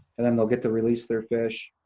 and then they'll get to release their fish,